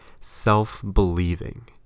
Self-believing